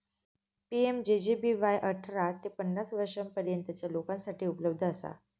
PMJJBY अठरा ते पन्नास वर्षांपर्यंतच्या लोकांसाठी उपलब्ध असा